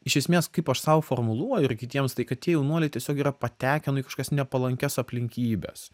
iš esmės kaip aš sau formuluoju ir kitiems tai kad tie jaunuoliai tiesiog yra patekę nu į kažkokias nepalankias aplinkybes